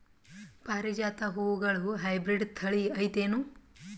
ಪಾರಿಜಾತ ಹೂವುಗಳ ಹೈಬ್ರಿಡ್ ಥಳಿ ಐತೇನು?